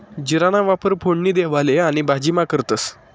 जीराना वापर फोडणी देवाले आणि भाजीमा करतंस